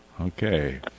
okay